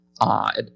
odd